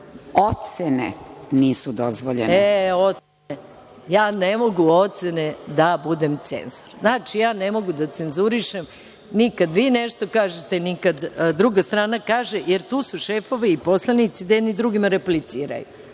Ocene nisu dozvoljene.)Ne mogu da budem cenzor. Znači, ne mogu da cenzurišem ni kada vi nešto kažete, ni kada druga strana kaže, jer tu su šefovi i poslanici da jedni drugima repliciraju,